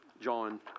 John